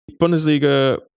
Bundesliga